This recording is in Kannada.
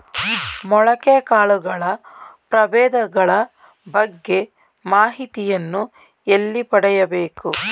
ಮೊಳಕೆ ಕಾಳುಗಳ ಪ್ರಭೇದಗಳ ಬಗ್ಗೆ ಮಾಹಿತಿಯನ್ನು ಎಲ್ಲಿ ಪಡೆಯಬೇಕು?